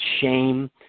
shame